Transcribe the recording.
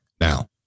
Now